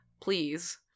please